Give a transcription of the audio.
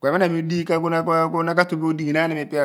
Ku iphen ami udika ku na ka tue bo udighinaan imi ipe